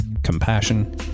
compassion